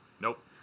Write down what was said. Nope